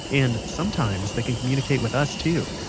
and, sometimes they can communicate with us too.